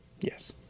Yes